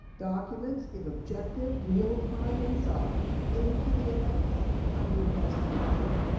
documents give objective realtime insight into the events under investigation.